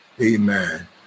Amen